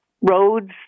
roads